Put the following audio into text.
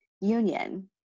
union